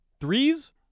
Threes